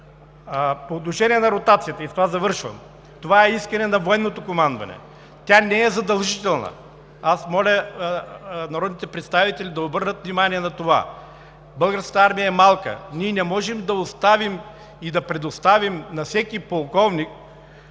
По отношение на ротацията и с това завършвам – това е искане на военното командване. Тя не е задължителна. Аз моля народните представители да обърнат внимание на това. Българската армия е малка. Ние не можем да оставим и да предоставим на всеки полковник